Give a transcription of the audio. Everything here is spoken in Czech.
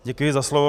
Děkuji za slovo.